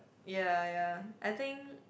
ya ya I think